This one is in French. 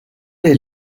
les